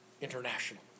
International